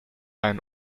ein